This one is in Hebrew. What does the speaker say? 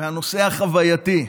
מהנושא החווייתי,